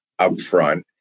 upfront